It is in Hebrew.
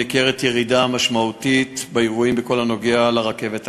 ניכרת ירידה משמעותית באירועים בכל הקשור לרכבת הקלה.